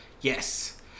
Yes